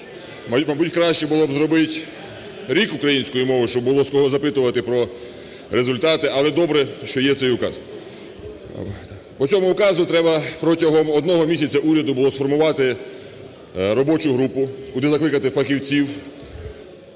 Мабуть, краще було б зробити рік української мови, щоб було, з кого запитувати про результати, але добре, що є цей указ. По цьому указу треба протягом одного місяця уряду було сформувати робочу групу, куди закликати фахівців,